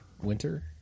winter